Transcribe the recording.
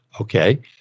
okay